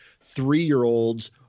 three-year-olds